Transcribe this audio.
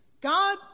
God